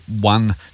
one